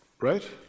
Right